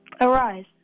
Arise